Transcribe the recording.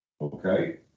Okay